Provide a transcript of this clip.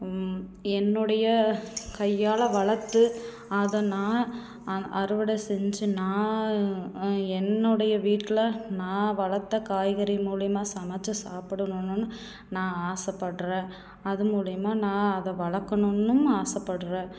என்னுடைய கையால் வளர்த்து அதை நான் அறுவடை செஞ்சு நான் என்னுடைய வீட்டில் நான் வளர்த்த காய்கறி மூலியமாக சமைச்சு சாப்பிடணுன்னு நான் ஆசைப்பட்றேன் அது மூலியமாக நான் அதை வளர்க்கணுன்னும் ஆசைப்பட்றேன்